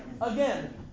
again